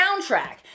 soundtrack